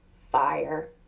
fire